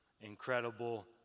Incredible